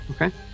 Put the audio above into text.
Okay